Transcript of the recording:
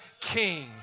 King